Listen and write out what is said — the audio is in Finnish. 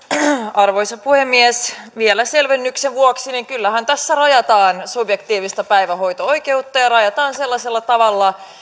arvoisa puhemies vielä selvennyksen vuoksi kyllähän tässä rajataan subjektiivista päivähoito oikeutta ja rajataan sellaisella tavalla